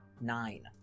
nine